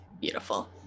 beautiful